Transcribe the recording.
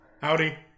howdy